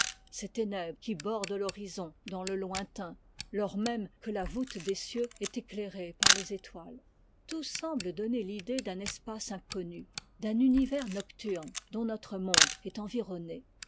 ces ténèbres qui bordent l'horizon dans le lointain lors même que la voûte des cieux est éclairée par les étoiles tout semble donner l'idée d'un espace inconnu d'un univers nocturne dont notre monde est environné